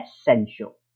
Essential